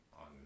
on